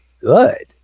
Good